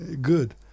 good